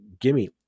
gimme